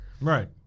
Right